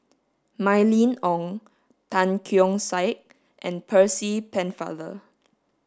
Mylene Ong Tan Keong Saik and Percy Pennefather